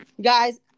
Guys